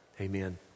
Amen